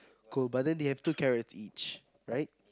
cool but then they have two carrots each right